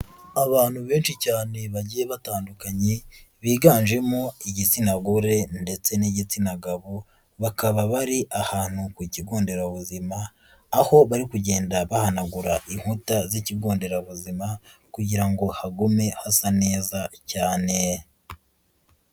Abantu benshi cyane bagiye batandukanye, biganjemo igitsina gore ndetse n'igitsina gabo, bakaba bari ahantu ku kigo nderabuzima, aho bari kugenda bahanagura inkuta z'ikigo nderabuzima kugira ngo hagume hasa neza cyane.